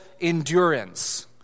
endurance